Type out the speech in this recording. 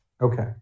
okay